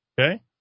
okay